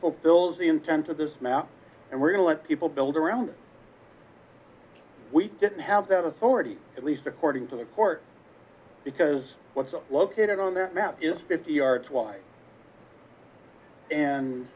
fulfills the intent of this map and we're going to let people build around we didn't have that authority at least according to the court because what's located on that map is fifty yards wide and